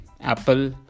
Apple